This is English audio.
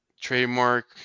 trademark